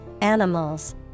animals